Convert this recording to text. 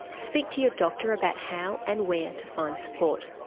speak to your doctor about how and where to find support.